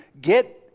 get